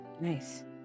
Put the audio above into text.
nice